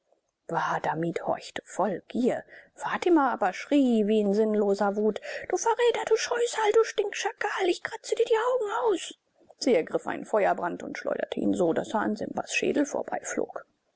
wahadamib horchte voll gier fatima aber schrie wie in sinnloser wut du verräter du scheusal du stinkschakal ich kratze dir die augen aus sie ergriff einen feuerbrand und schleuderte ihn so daß er an simbas schädel